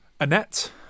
Annette